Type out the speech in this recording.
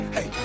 Hey